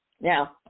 Now